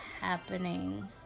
happening